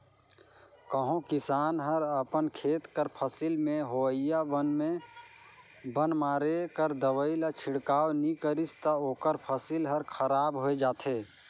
कहों किसान हर अपन खेत कर फसिल में होवइया बन में बन मारे कर दवई कर छिड़काव नी करिस ता ओकर फसिल हर खराब होए जाथे